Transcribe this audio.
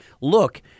look